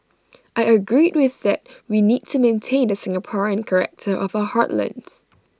I agreed with that we need to maintain the Singaporean character of our heartlands